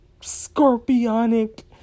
scorpionic